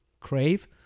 Crave